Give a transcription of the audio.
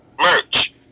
merch